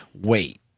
wait